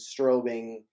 strobing